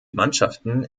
mannschaften